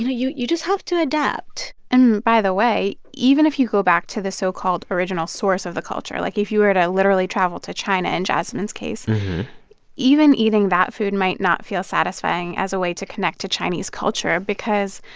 you know, you just have to adapt and by the way, even if you go back to the so-called original source of the culture like, if you were to literally travel to china in jasmine's case even eating that food might not feel satisfying as a way to connect to chinese culture because,